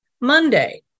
Monday